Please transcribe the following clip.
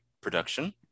production